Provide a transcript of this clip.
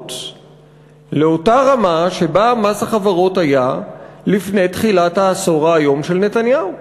החברות לאותה רמה שבה מס החברות היה לפני תחילת העשור האיום של נתניהו.